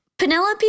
Penelope